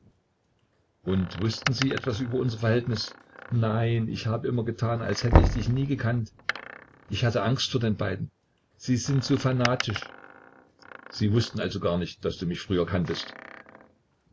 und wußten sie etwas über unser verhältnis nein ich habe immer getan als hält ich dich nie gekannt ich hatte angst vor den beiden sie sind so fanatisch sie wußten also gar nicht daß du mich früher kanntest